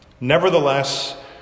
Nevertheless